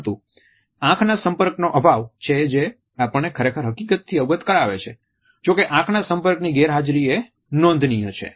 પરંતુ આંખના સંપર્કનો અભાવ છે જે આપણને ખરેખર હકીકતથી અવગત કરાવે છે જો કે આંખના સંપર્કની ગેરહાજરી એ નોંધનીય છે